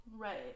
Right